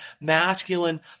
masculine